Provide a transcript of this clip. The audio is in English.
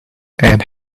and